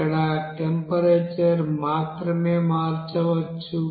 ఇక్కడ టెంపరేచర్ మాత్రమే మార్చవచ్చు